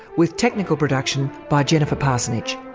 with technical production by jennifer parsonage